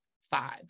five